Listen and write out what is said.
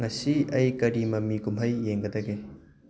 ꯉꯁꯤ ꯑꯩ ꯀꯔꯤ ꯃꯃꯤ ꯀꯨꯝꯍꯩ ꯌꯦꯡꯒꯗꯒꯦ